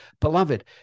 Beloved